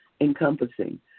encompassing